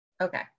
Okay